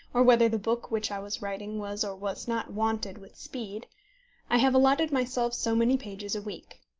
or whether the book which i was writing was or was not wanted with speed i have allotted myself so many pages a week.